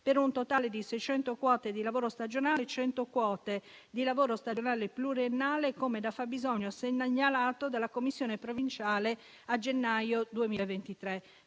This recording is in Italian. per un totale di 600 quote di lavoro stagionale e 100 quote di lavoro stagionale pluriennale, come da fabbisogno segnalato dalla commissione provinciale a gennaio 2023.